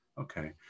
okay